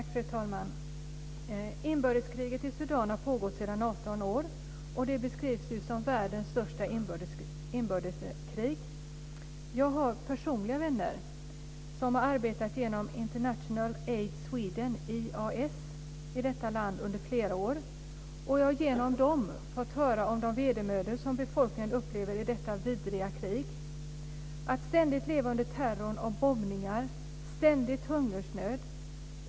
Fru talman! Inbördeskriget i Sudan pågår sedan 18 år. Det beskrivs som världens största inbördeskrig. Jag har personliga vänner som har arbetat genom International Aid Sweden, IAS, i detta land under flera år. Jag har genom dem fått höra om de vedermödor som befolkningen upplever i detta vidriga krig - att ständigt leva under terror och bombningar, ständig hungersnöd.